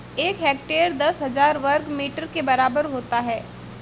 एक हेक्टेयर दस हज़ार वर्ग मीटर के बराबर होता है